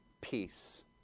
peace